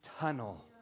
tunnel